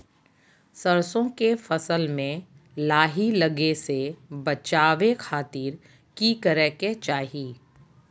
सरसों के फसल में लाही लगे से बचावे खातिर की करे के चाही?